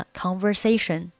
conversation